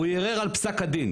הוא ערער על פסק הדין.